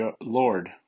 Lord